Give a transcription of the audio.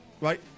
Right